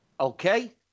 Okay